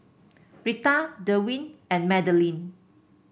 Rita Derwin and Madeline